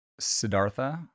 Siddhartha